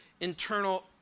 internal